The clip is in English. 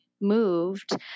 moved